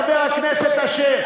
חבר הכנסת אשר?